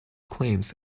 claims